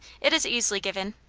it is easily given.